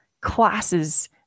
classes